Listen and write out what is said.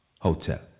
Hotel